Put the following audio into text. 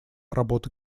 работы